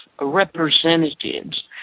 representatives